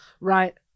right